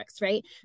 right